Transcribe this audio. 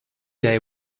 day